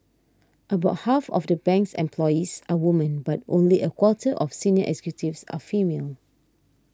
about half of the bank's employees are women but only a quarter of senior executives are female